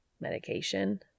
Medication